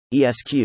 ESQ